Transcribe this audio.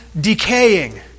decaying